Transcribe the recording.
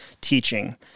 teaching